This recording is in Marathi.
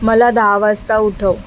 मला दहा वाजता उठव